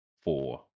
four